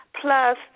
Plus